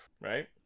Right